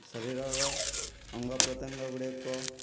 ଶରୀରର ଅଙ୍ଗ ପ୍ରତ୍ୟଙ୍ଗ ଗୁଡ଼ିକ